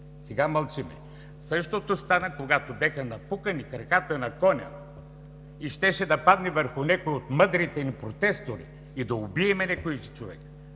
Сега мълчиме! Същото стана, когато бяха напукани краката на Коня и щеше да падне върху някой от мъдрите ни протестъри и да убием някой човек.